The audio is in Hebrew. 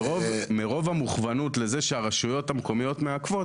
מרוב המוכוונות לזה שהרשויות מעכבות,